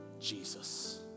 Jesus